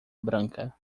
branca